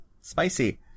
Spicy